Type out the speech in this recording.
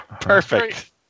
perfect